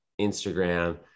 Instagram